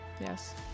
Yes